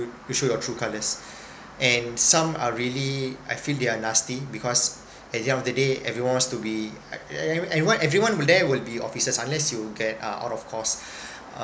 you show your true colours and some are really I feel they are nasty because at the end of the day everyone wants to be I I everyone everyone will be officers unless you get uh out of course